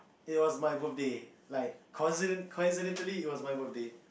it was my birthday like coincident~ coincidentally it was my birthday